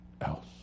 else